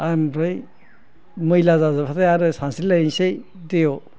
ओमफ्राय मैला जाजोब्बाथाय आरो सानस्रिलायनोसै दैआव